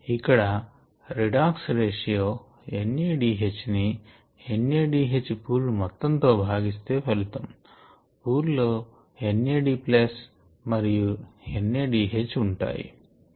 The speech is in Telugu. ఇక్కడ redox ratio N A D H ని N A D H pool మొత్తం తో భాగిస్తే ఫలితం పూల్ లో N A D ప్లస్ మరియు N A D H ఉంటాయి